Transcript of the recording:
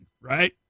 right